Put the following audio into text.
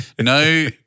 no